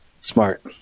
Smart